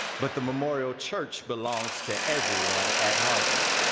but the memorial church belongs to everyone at harvard.